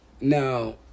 Now